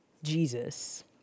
Jesus